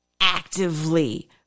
actively